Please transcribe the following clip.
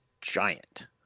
giant